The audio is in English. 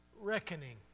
reckoning